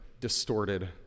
distorted